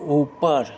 ऊपर